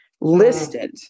listed